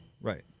Right